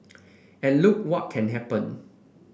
and look what can happen